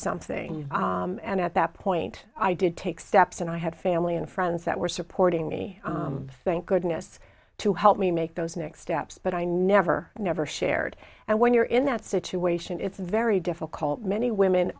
something and at that point i did take steps and i had family and friends that were supporting me thank goodness to help me make those next steps but i never never shared and when you're in that situation it's very difficult many women